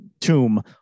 tomb